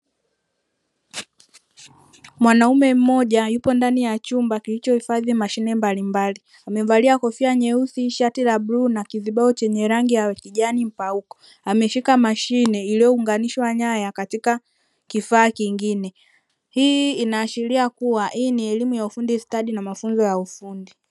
Mwanaume mmoja yupo ndani ya chumba kilichohifadhi mashine mbalimbali. Amevalia kofia nyeusi, shati la bluu na kizibao chenye rangi ya kijani mpauko; ameshika mashine iliyounganishwa nyaya katika kifaa kingine. Hii inaashiria kuwa hii ni elimu ya ufundi stadi na mafunzo ya ufundi.